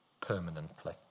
permanently